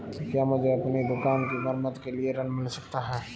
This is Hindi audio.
क्या मुझे अपनी दुकान की मरम्मत के लिए ऋण मिल सकता है?